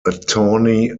attorney